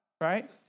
right